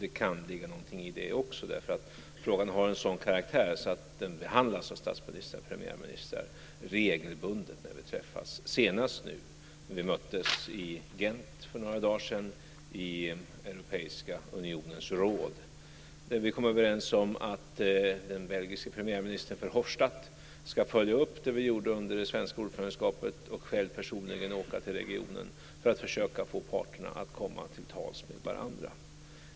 Det kan ligga någonting i det också, därför att frågan har en sådana karaktär att den behandlas av oss statsministrar och premiärministrar regelbundet när vi träffas - senast när vi möttes i Gent för några dagar sedan i den europeiska unionens råd, där vi kom överens om att den belgiske premiärministern Verhofstadt ska följa upp det vi gjorde under det svenska ordförandeskapet och personligen åka till regionen för att försöka få parterna att komma till tals med varandra.